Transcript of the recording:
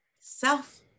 self